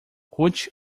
ruth